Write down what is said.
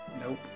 Nope